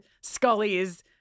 Scully's